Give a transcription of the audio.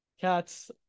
cats